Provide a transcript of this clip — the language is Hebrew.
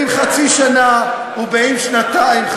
אם חצי שנה ואם שנתיים,